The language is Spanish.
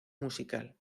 musical